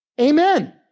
Amen